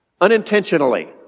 unintentionally